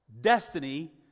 destiny